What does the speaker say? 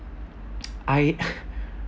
I